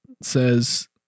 says